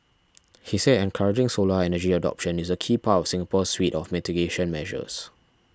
he said encouraging solar energy adoption is a key part of Singapore's suite of mitigation measures